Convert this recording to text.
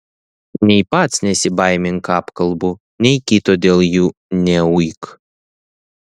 nei pats nesibaimink apkalbų nei kito dėl jų neuik